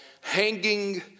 Hanging